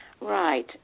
Right